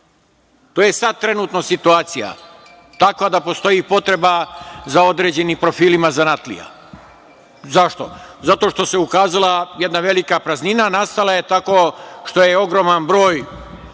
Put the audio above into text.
je sada trenutno situacija takva da postoji potreba za određenim profilima zanatlija. Zašto? Zato što se ukazala jedna velika praznina, nastala je tako što je ogroman broj